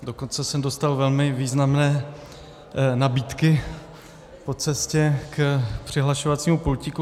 Dokonce jsem dostal velmi významné nabídky po cestě k přihlašovacímu pultíku.